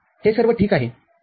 हे सर्व ठीक आहे